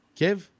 kev